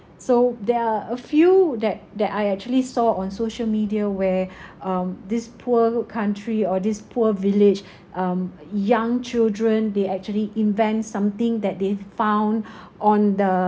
so there are a few that that I actually saw on social media where um this poor country or this poor village um young children they actually invent something that they've found on the